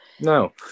no